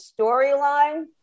storyline